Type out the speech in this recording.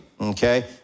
okay